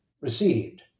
received